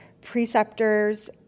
preceptors